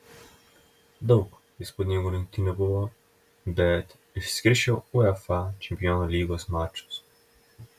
daug įspūdingų rungtynių buvo bet išskirčiau uefa čempionų lygos mačus